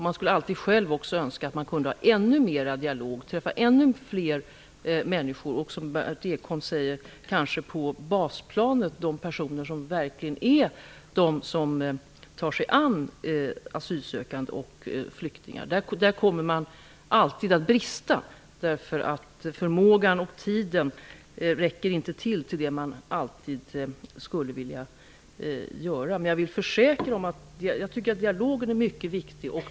Man skulle själv också önska att man kunde ha ännu fler dialoger och träffa ännu fler människor på basplanet, som Berndt Ekholm säger, de personer som verkligen tar sig an asylsökande och flyktingar. Där kommer man alltid att brista. Förmågan och tiden räcker inte alltid till det man skulle vilja göra. Jag tycker att dialogen är mycket viktig.